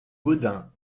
gaudin